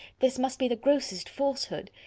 this must be the grossest falsehood!